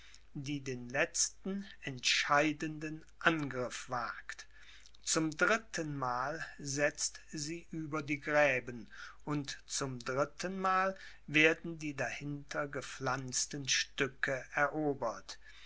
die den letzten entscheidenden angriff wagt zum drittenmal setzt sie über die gräben und zum drittenmal werden die dahinter gepflanzten stücke erobert